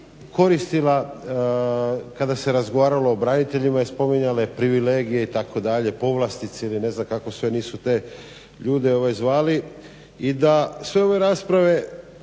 koristila kada se razgovaralo o braniteljima i spominjale privilegije, itd. i povlastice ili ne znam kako sve nisu te ljude zvali, i da sve ove rasprave